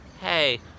Hey